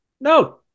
No